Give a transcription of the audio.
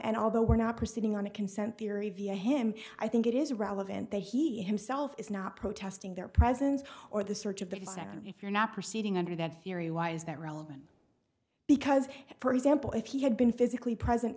and although we're not proceeding on a consent theory via him i think it is relevant that he himself is not protesting their presence or the search of that exam if you're not proceeding under that theory why is that relevant because for example if he had been physically present